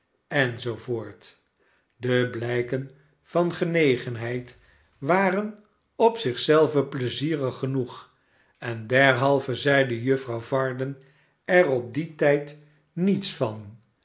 enz de blijken van genegenheid barnaby rudge waren op zich zelven pleizierig genoeg en derhalve zeide juffrouw varden er op dien tijd niets van